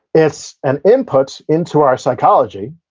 it's an input into our psychology,